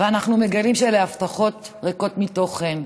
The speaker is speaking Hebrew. ואנחנו מגלים שאלה הבטחות ריקות מתוכן.